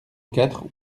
quatre